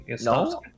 no